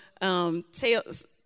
tells